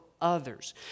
others